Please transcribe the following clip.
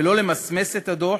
ולא למסמס את הדוח